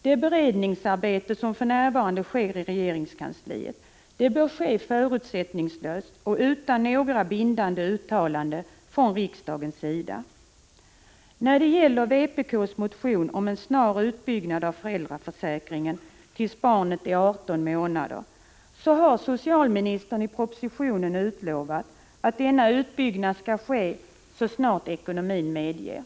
Det beredningsarbete som för närvarande sker i regeringskansliet bör ske förutsättningslöst och utan några bindande uttalanden från riksdagens sida. När det gäller vpk:s motion om en snar utbyggnad av föräldraförsäkringen att gälla till dess att barnet är 18 månader har socialministern i propositionen utlovat att denna utbyggnad skall ske så snart ekonomin medger.